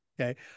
Okay